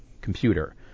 computer